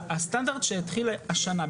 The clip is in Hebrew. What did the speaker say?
הסטנדרט שהתחיל השנה,